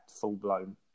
full-blown